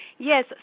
Yes